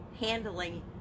handling